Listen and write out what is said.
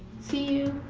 see you!